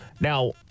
now